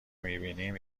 میبینیم